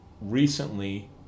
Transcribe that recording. recently